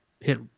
hit